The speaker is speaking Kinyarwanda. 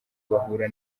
bahura